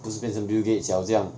不是变成 bill gates liao 这样